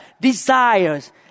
desires